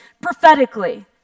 prophetically